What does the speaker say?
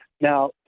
Now